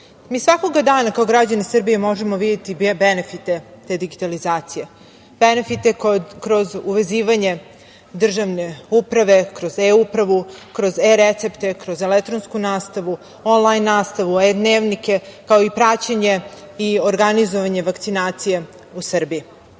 svakog dana kao građani Srbije možemo videti benefite te digitalizacije. Benefite kroz uvezivanje državne uprave, kroz eUpravu, kroz eRecepte, kroz elektronsku nastavu, onlajn nastavu, eDnevnike, kao i praćenje i organizovanje vakcinacije u Srbiji. Da